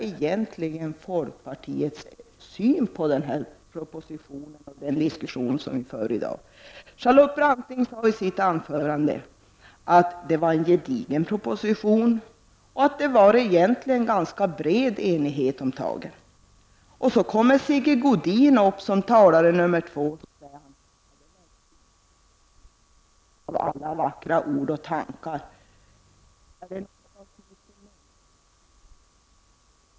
Hur ser egentligen folkpartiet på propositionen och den diskussion som vi för i dag? Charlotte Branting sade i sitt anförande att det var en gedigen proposition och att det egentligen fanns en ganska bred enighet om förslagen. Sedan kommer Sigge Godin upp som talare nummer två och säger: Det var ett blygsamt resultat av alla vackra ord och tankar.